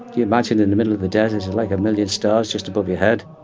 you imagine in the middle of the desert, and like a million stars just above your head.